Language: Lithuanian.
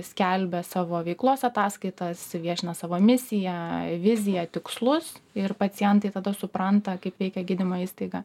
skelbia savo veiklos ataskaitas viešina savo misiją viziją tikslus ir pacientai tada supranta kaip veikia gydymo įstaiga